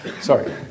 sorry